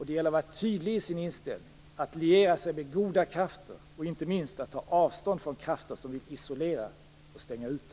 Det gäller att vara tydlig i sin inställning, att liera sig med goda krafter och, inte minst, att ta avstånd från krafter som vill isolera och stänga ute.